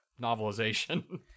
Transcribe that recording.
novelization